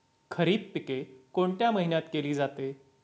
खरीप पिके कोणत्या महिन्यात केली जाते?